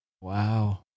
Wow